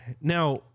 Now